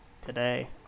today